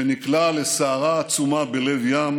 שנקלע לסערה עצומה בלב ים.